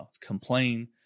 complain